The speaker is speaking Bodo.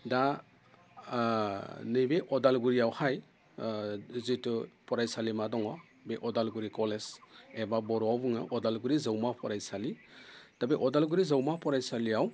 दा नैबे अदालगुरियावहाय जिथु फरायसालिमा दङ बे अदालगुरि कलेज एबा बर'आव बुङो अदालगुरि जौमा फरायसालि दा बे अदालगुरि जौमा फरायसालियाव